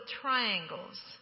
triangles